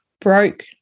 broke